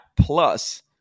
plus